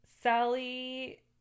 Sally